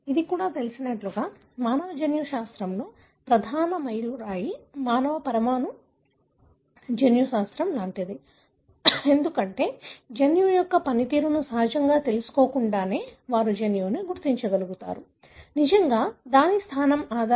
ఇది మీకు తెలిసినట్లుగా మానవ జన్యుశాస్త్రంలో ప్రధాన మైలురాయి మానవ పరమాణు జన్యుశాస్త్రం లాంటిది ఎందుకంటే జన్యువు యొక్క పనితీరును నిజంగానే తెలుసుకోకుండానే వారు జన్యువును గుర్తించగలిగారు నిజంగా దాని స్థానం ఆధారంగా